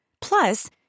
Plus